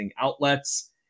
outlets